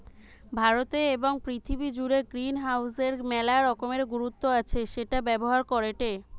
ভারতে এবং পৃথিবী জুড়ে গ্রিনহাউসের মেলা রকমের গুরুত্ব আছে সেটা ব্যবহার করেটে